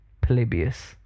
Polybius